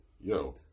yo